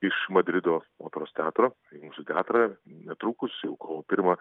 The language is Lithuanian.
iš madrido operos teatro į mūsų teatrą netrukus jau kovo pirmą